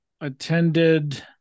attended